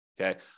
Okay